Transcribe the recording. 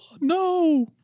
No